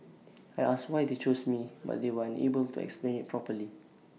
I asked why they chose me but they were unable to explain IT properly